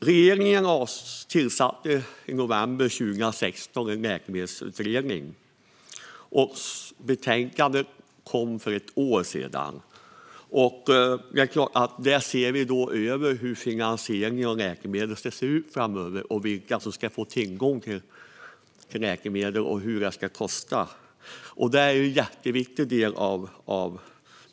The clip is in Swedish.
Regeringen tillsatte i november 2016 en läkemedelsutredning - betänkandet kom för ett år sedan - som har sett över hur finansieringen av läkemedel ska se ut framöver, vilka som ska få tillgång till läkemedlen och hur mycket de ska kosta.